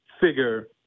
figure